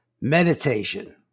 Meditation